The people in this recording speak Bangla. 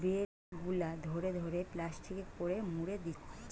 বেল গুলা ধরে ধরে প্লাস্টিকে করে মুড়ে দিচ্ছে